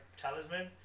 talisman